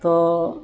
ᱛᱚ